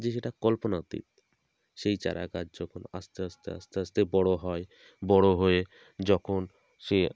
যে সেটা কল্পনাতীত সেই চারাগাছ যখন আস্তে আস্তে আস্তে আস্তে বড়ো হয় বড়ো হয়ে যখন সে